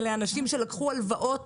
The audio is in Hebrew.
אלה אנשים שלקחו הלוואות